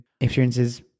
experiences